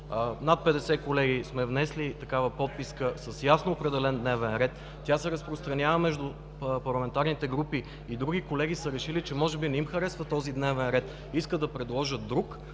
над 50 колеги сме внесли такава подписка с ясно определен дневен ред, тя се разпространява между парламентарните групи, и други колеги са решили, че може би не им харесва този дневен ред и искат да предложат друг,